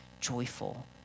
joyful